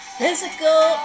physical